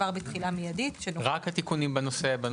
רק התיקונים בנושא הזה?